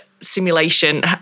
simulation